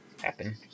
happen